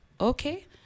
okay